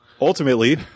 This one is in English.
ultimately